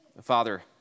Father